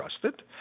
trusted